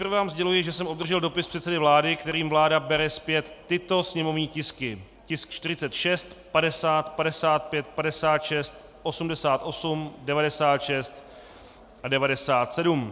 Nejprve vám sděluji, že jsem obdržel dopis předsedy vlády, kterým vláda bere zpět tyto sněmovní tisky: tisk 46, 50, 55, 56, 88, 96 a 97.